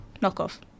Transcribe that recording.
Knock-off